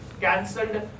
cancelled